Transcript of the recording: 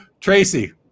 Tracy